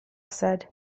said